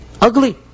ugly